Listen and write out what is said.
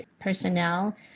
personnel